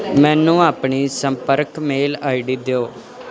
ਮੈਨੂੰ ਆਪਣੀ ਸੰਪਰਕ ਮੇਲ ਆਈਡੀ ਦਿਓ